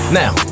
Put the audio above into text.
now